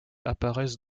apparaissent